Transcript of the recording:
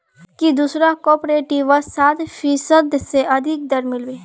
की दूसरा कॉपरेटिवत सात फीसद स अधिक दर मिल बे